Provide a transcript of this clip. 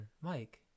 Mike